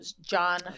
john